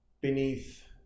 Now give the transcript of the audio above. beneath